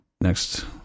next